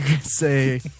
say